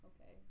Okay